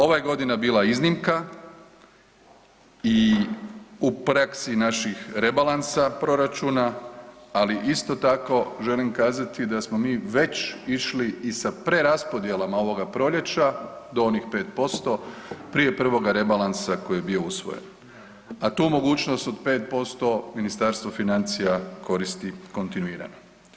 Ova je godina bila iznimka i u praksi naših rebalansa proračuna, ali isto tako želim kazati da smo mi već išli i sa preraspodjelama ovoga proljeća do onih 5% prije prvoga rebalansa koji je bio usvojen, a tu mogućnost od 5% Ministarstvo financija koristi kontinuirano.